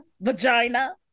vagina